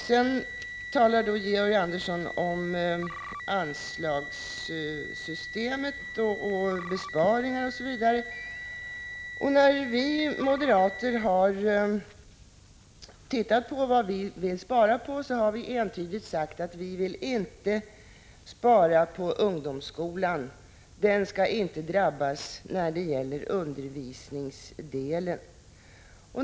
Sedan talade Georg Andersson om anslagssystemet, besparingar osv. När vi moderater har pekat på vad vi vill spara på har vi entydigt sagt att vi inte vill spara på ungdomsskolan — den skall inte drabbas när det gäller undervisningsdelen.